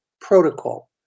protocol